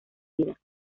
vida